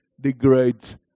degrades